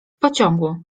pociągu